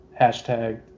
hashtag